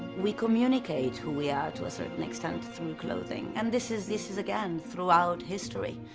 we communicate who we are to a certain extent through clothing. and this is, this is again, throughout history.